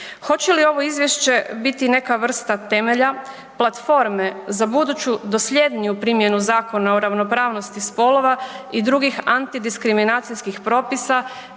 Hoće li ovo izvješće biti neka vrsta temelja platforme za buduću dosljedniju primjenu Zakona o ravnopravnosti spolova i drugih antidiskriminacijskih propisa,